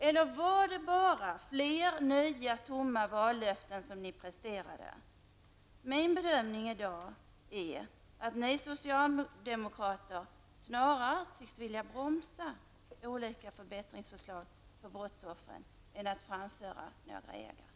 Eller var det bara fler nya, tomma vallöften som ni presterade? Min bedömning i dag är att ni socialdemokrater snarare tycks vilja bromsa när det gäller olika förbättringsförslag beträffande brottsoffren än att framföra några egna.